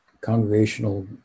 congregational